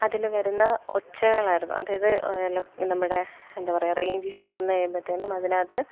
അതിൽ വരുന്ന ഒച്ചകളായിരുന്നു അതായത് നമ്മുടെ എന്താ പറയുക റെയിഞ്ച് ഇഷ്യൂ വന്നു കഴിയുമ്പോഴത്തേനും അതിനകത്ത്